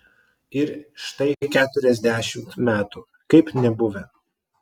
ir štai keturiasdešimt metų kaip nebuvę